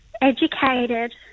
educated